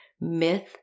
myth